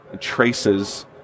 traces